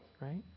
Right